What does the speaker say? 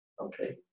Okay